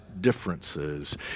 differences